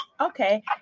Okay